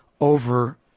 over